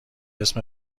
اسم